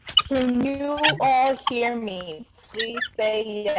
can you know ah hear me. please say